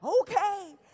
okay